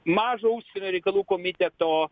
mažą užsienio reikalų komiteto